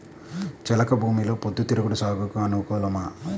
చెలక భూమిలో పొద్దు తిరుగుడు సాగుకు అనుకూలమా?